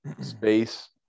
space